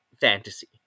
fantasy